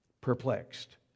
perplexed